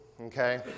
Okay